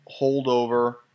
holdover